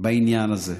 בעניין הזה,